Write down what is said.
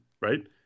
right